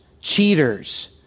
cheaters